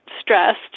stressed